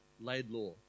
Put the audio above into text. Laidlaw